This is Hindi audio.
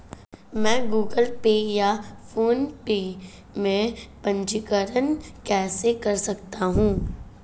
मैं गूगल पे या फोनपे में पंजीकरण कैसे कर सकता हूँ?